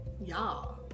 Y'all